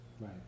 Right